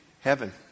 heaven